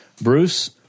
Bruce